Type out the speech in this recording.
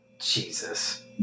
Jesus